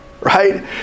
right